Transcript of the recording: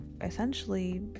essentially